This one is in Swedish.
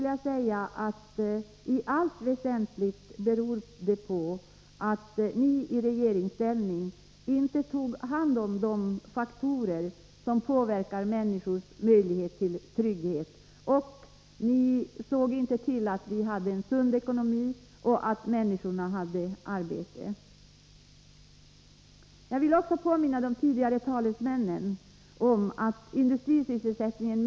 Jo, i allt väsentligt beror det på att ni i regeringsställning inte beaktade de faktorer som påverkar människors möjlighet till trygghet. Ni såg inte till att landet fick en sund ekonomi och att människorna fick arbete. Jag vill påminna de tidigare talesmännen om utvecklingen på arbetsmarknaden.